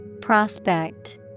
Prospect